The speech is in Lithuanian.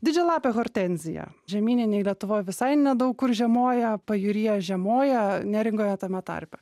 didžialapė hortenzija žemyninėj lietuvoj visai nedaug kur žiemoja pajūryje žiemoja neringoje tame tarpe